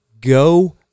Go